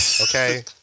Okay